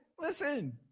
listen